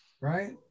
Right